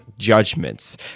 Judgments